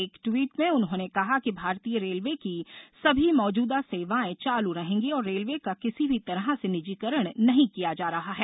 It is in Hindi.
एक ट्वीट में उन्होंने कहा कि भारतीय रेलवे की सभी मौजूदा सेवाएं चालू रहेंगी और रेलवे का किसी भी तरह से निजीकरण नहीं किया जा रहा है